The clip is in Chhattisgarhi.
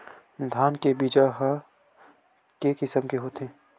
धान के बीजा ह के किसम के होथे?